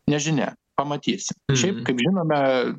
nežinia pamatysim šiaip kaip žinome